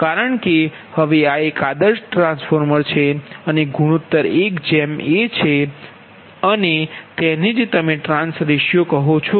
કારણ કે હવે આ એક આદર્શ ટ્રાન્સફોર્મર છે અને ગુણોત્તર 1 a છે અને તેને જ તમે ટ્રાંસ રેશિયો કહો છો